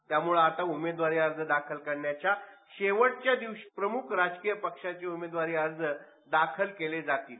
त्यामुळे आता उमेदवारी अर्ज दाखल करण्याच्या शेवटच्या दिवशी प्रमूख राजकीय पक्षाची उमेदवारी अर्ज दाखल केले जातील